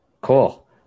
Cool